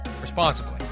responsibly